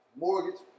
Mortgage